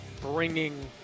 bringing